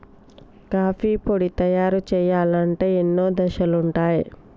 coffee పొడి తయారు చేయాలంటే ఎన్నో దశలుంటయ్